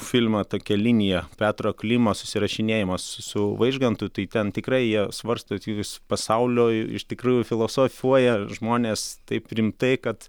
filme tokia linija petro klimo susirašinėjimas su vaižgantu tai ten tikrai jie svarsto pasaulio iš tikrųjų filosofuoja žmonės taip rimtai kad